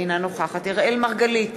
אינה נוכחת אראל מרגלית,